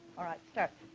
alright start